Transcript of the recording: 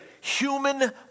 human